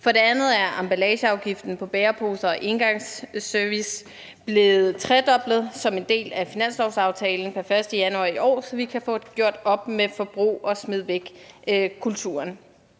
For det andet er emballageafgiften på bæreposer og engangsservice blevet tredoblet som en del af finanslovsaftalen per 1. januar i år, så vi kan få gjort op med forbrug og smid væk-kulturen.